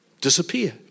disappear